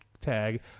tag